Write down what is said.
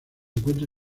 encuentra